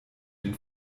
den